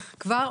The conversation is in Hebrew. כבר?